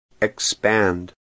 Expand